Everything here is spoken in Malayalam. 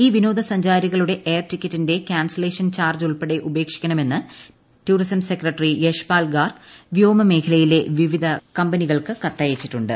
ഈ വിനോദസഞ്ചാരികളുടെ എയർ ടിക്കറ്റിന്റെ കാൻസലേഷൻ ചാർജ് ഉൾപ്പെടെ ഉപേക്ഷിക്കണമെന്ന് ടുറിസം സെക്രട്ടറി ആവശ്യപ്പെട്ട് യശ്പാൽ ഗാർഗ് വ്യോമ മേഖലയിലെ വിവിധ കമ്പനികൾക്ക് കത്തയച്ചിട്ടുണ്ട്